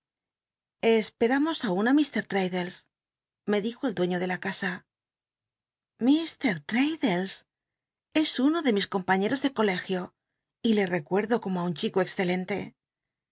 aun á mr traddlcs me dijo el duciio de la casa mr taddles es uno de mis compaiícos ele colegio y le rccuei'cio como li un chico excelente